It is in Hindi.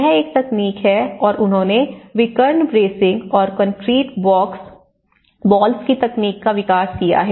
यह एक तकनीक है और उन्होंने विकर्ण ब्रेसिंग और कंक्रीट बॉल्स की तकनीक का विकास किया है